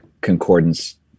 concordance